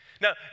Now